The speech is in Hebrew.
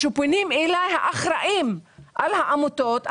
כאשר פונים אליי האחראים על העמותות,